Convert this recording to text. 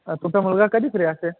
तुमचा मुलगा कधी फ्री असेल